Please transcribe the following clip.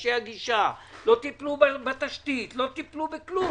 בכבישי הגישה, לא טיפלו בתשתית, לא טיפלו בכלום.